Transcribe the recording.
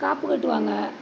காப்பு கட்டுவாங்க